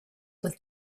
with